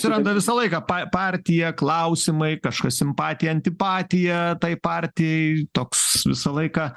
atsiranda visą laiką pa partija klausimai kažkas simpatija antipatija tai partijai toks visą laiką